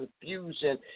confusion